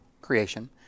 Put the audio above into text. creation